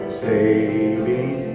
saving